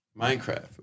Minecraft